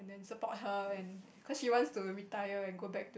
and then support her and cause she wants to retire and go back